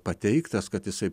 pateiktas kad jisai